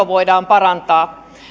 voidaan parantaa